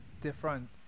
different